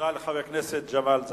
תודה לחבר הכנסת ג'מאל זחאלקה.